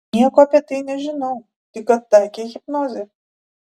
nieko apie tai nežinau tik kad taikei hipnozę